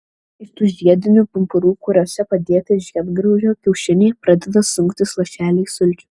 iš tų žiedinių pumpurų kuriuose padėti žiedgraužio kiaušiniai pradeda sunktis lašeliai sulčių